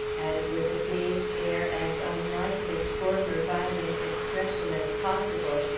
and, with a dazed air as unlike his former violent expression as possible,